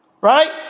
Right